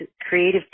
creative